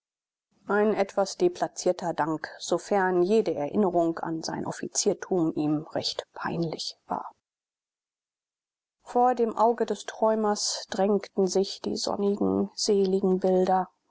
ein etwas deplacierter dank sofern jede erinnerung an sein offiziertum ihm recht peinlich war vor dem auge des träumers drängten sich die sonnigen seligen bilder